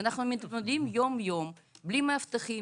ואנחנו מתמודדים יום-יום בלי מאבטחים.